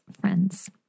friends